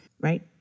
right